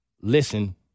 listen